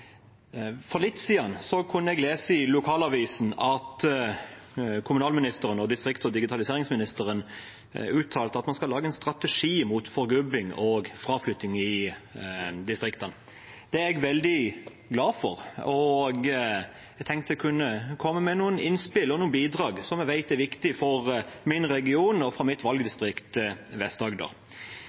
For litt siden kunne jeg lese i lokalavisen at kommunalministeren og distrikts- og digitaliseringsministeren uttalte at man skal lage en strategi mot forgubbing og fraflytting i distriktene. Det er jeg veldig glad for, og jeg tenkte jeg kunne komme med noen innspill og noen bidrag som jeg vet er viktige for min region og for mitt valgdistrikt,